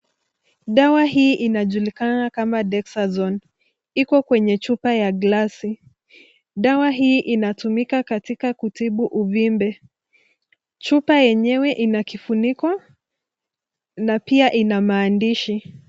Dawa hii inajulikana kama dexazon , iko kwenye chupa ya glasi. Dawa hii inatumika katika kutibu uvimbe. Chupa yenyewe ina kifuniko, na pia ina maandishi.